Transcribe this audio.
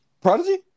Prodigy